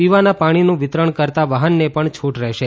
પીવાના પાણીનું વિતરણ કરતાં વાહનને પણ છૂટ રહેશે